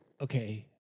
Okay